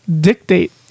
Dictate